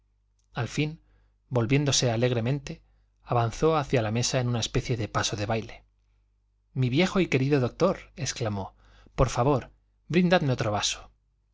al fin volviéndose alegremente avanzó hacia la mesa en una especie de paso de baile mi viejo y querido doctor exclamó por favor brindadme otro vaso